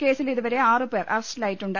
കേസിൽ ഇതുവരെ ആറുപേർ അറസ്റ്റിലായിട്ടുണ്ട്